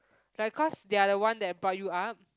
like cause they are the one that brought you up